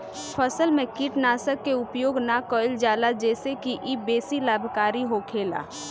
फसल में कीटनाशक के उपयोग ना कईल जाला जेसे की इ बेसी लाभकारी होखेला